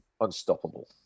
Unstoppable